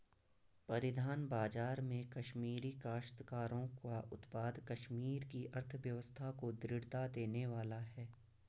परिधान बाजार में कश्मीरी काश्तकारों का उत्पाद कश्मीर की अर्थव्यवस्था को दृढ़ता देने वाला है